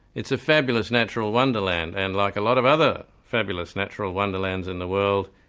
it's a fabulous natural wonderland, and like a lot of other fabulous natural wonderlands in the world,